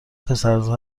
پسرزا